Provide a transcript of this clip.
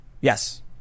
Yes